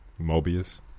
Mobius